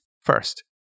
First